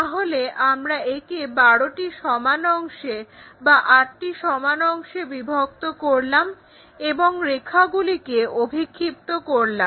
তাহলে আমরা একে 12 টি সমান অংশে আটটি সমান অংশে বিভক্ত করলাম এবং রেখাগুলোকে অভিক্ষিপ্ত করলাম